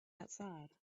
outside